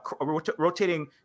rotating